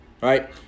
right